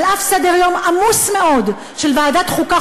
על אף סדר-יום עמוס מאוד של ועדת החוקה,